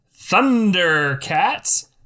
Thundercats